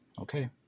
Okay